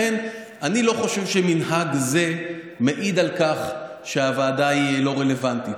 לכן אני לא חושב שמנהג זה מעיד על כך שהוועדה היא לא רלוונטית.